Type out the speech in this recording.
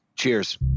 Cheers